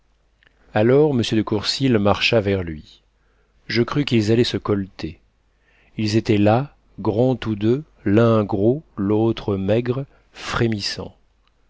alors m de courcils marcha vers lui je crus qu'ils allaient se colleter ils étaient là grands tous deux l'un gros l'autre maigre frémissants